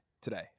today